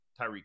Tyreek